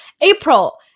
April